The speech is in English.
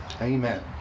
Amen